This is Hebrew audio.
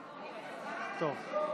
(פסילת ראיה), התשפ"ב 2021,